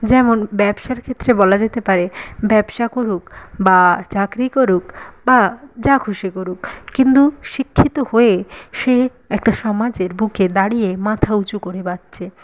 যেমন ব্যবসার ক্ষেত্রে বলা যেতে পারে ব্যবসা করুক বা চাকরি করুক বা যা খুশি করুক কিন্তু শিক্ষিত হয়ে সে একটা সমাজের বুকে দাঁড়িয়ে মাথা উঁচু করে বাঁচছে